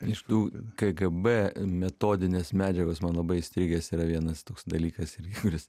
iš tų kgb metodinės medžiagos man labai įstrigęs yra vienas toks dalykas kuris